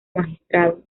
magistrado